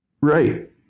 Right